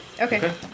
Okay